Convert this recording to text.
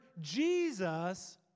Jesus